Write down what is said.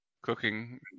cooking